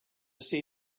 see